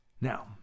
Now